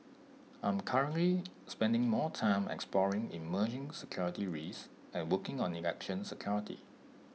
I'm currently spending more time exploring emerging security risks and working on election security